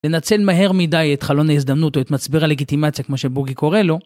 לנצל מהר מידי את חלון ההזדמנות או את מצבר הלגיטימציה כמו שבוגי קורא לו.